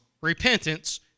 repentance